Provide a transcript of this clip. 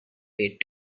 paid